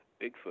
Bigfoot